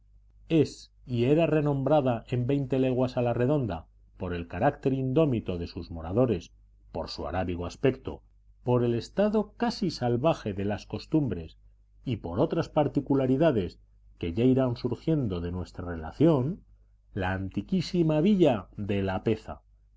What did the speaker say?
es y era renombrada en veinte leguas a la redonda por el carácter indómito de sus moradores por su arábigo aspecto por el estado casi salvaje de las costumbres y por otras particularidades que ya irán surgiendo de nuestra relación la antiquísima villa de lapeza